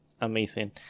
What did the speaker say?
amazing